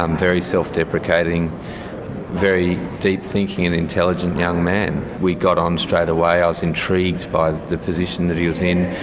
um very self-deprecating, a very deep thinking and intelligent young man. we got on straight away. i was intrigued by the position that he was in,